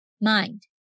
mind